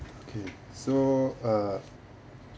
okay so uh